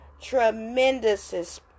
tremendous